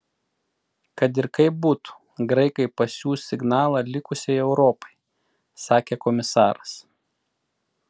kad ir kaip būtų graikai pasiųs signalą likusiai europai sakė komisaras